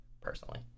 personally